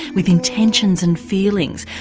with intentions and feelings.